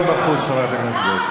תודה רבה לחבר הכנסת יוסף ג'בארין.